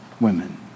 women